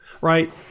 right